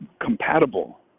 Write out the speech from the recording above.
compatible